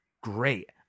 great